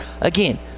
Again